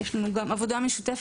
יש לנו גם עבודה משותפת.